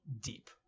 deep